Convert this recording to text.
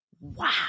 wow